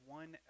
one